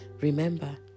Remember